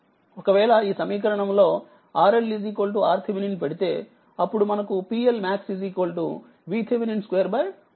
ఒకవేళ ఈ సమీకరణంలోRLRThevenin పెడితే అప్పుడు మనకు PLmax VThevenin2 4RThevenin వస్తుంది